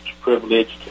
privileged